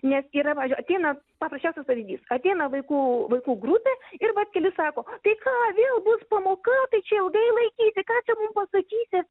nes yra pavyzdžiui ateina paprasčiausias pavyzdys ateina vaikų vaikų grupė ir vat keli sako tai ką vėl bus pamoka tai čia ilgai laikysi ką čia mum pasakysi